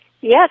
Yes